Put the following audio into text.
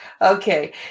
Okay